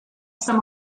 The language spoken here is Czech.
jsem